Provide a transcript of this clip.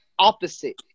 opposite